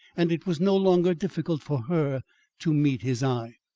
and it was no longer difficult for her to meet his eye.